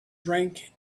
drink